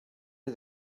are